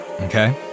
Okay